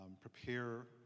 prepare